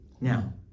Now